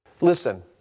Listen